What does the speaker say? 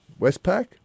Westpac